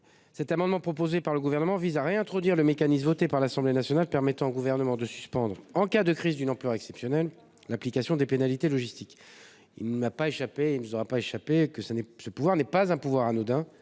le ministre. Cet amendement vise à réintroduire le mécanisme voté par l'Assemblée nationale permettant au Gouvernement de suspendre, en cas de crise d'une ampleur exceptionnelle, l'application des pénalités logistiques. Il ne vous a pas échappé qu'il ne s'agit pas d'un pouvoir anodin,